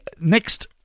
next